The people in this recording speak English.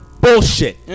Bullshit